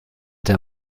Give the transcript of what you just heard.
der